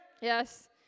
Yes